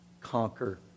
conquer